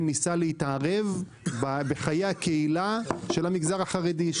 שניסה להתערב בחיי הקהילה של המגזר החרדי.